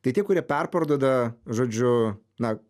tai tie kurie perparduoda žodžiu na